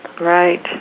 Right